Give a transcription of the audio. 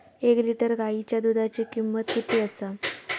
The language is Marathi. एक लिटर गायीच्या दुधाची किमंत किती आसा?